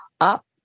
up